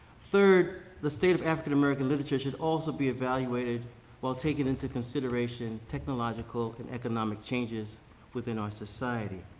third, the state of african american literature should also be evaluated while taking into consideration technological and economic changes within our society.